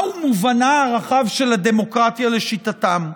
מהו מובנה הרחב של הדמוקרטיה לשיטתם,